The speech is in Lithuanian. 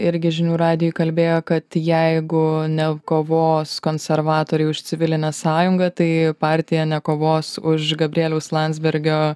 irgi žinių radijui kalbėjo kad jeigu ne kovos konservatoriai už civilinę sąjungą tai partija nekovos už gabrieliaus landsbergio